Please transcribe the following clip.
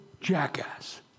jackass